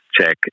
check